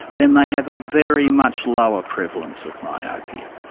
then they have a very much lower prevalence of myopia.